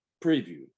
preview